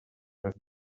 left